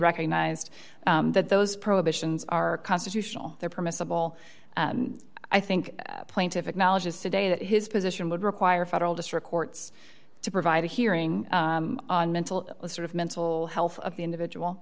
recognized that those prohibitions are constitutional they're permissible i think plaintiff acknowledges today that his position would require federal district courts to provide a hearing on mental sort of mental health of the individual